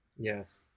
yes